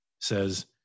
says